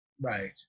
Right